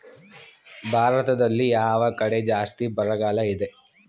ಭಾರತದಲ್ಲಿ ಯಾವ ಕಡೆ ಜಾಸ್ತಿ ಬರಗಾಲ ಇದೆ?